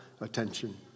attention